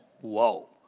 Whoa